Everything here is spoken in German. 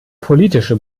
politische